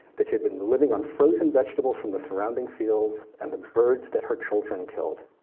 that she had been living on frozen vegetables from the surrounding fields and the birds that her children killed.